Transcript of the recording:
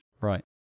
Right